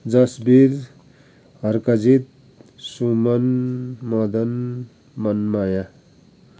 Jasvir Harkajit Suman Madan Manmaya